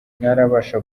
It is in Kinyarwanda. ntarabasha